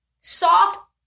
soft